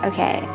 Okay